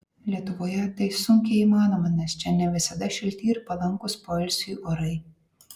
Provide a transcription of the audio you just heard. lietuvoje tai sunkiai įmanoma nes čia ne visada šilti ir palankūs poilsiui orai